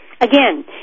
Again